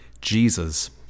Jesus